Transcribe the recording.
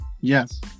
Yes